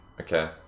Okay